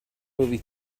movie